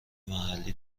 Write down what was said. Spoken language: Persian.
محلی